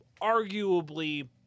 arguably